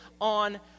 on